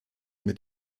mit